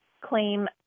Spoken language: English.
claim